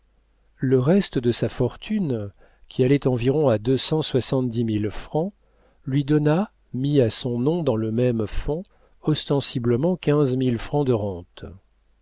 le reste de sa fortune qui allait environ à deux cent soixante-dix mille francs lui donna mis à son nom dans le même fonds ostensiblement quinze mille francs de rente